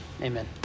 Amen